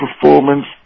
performance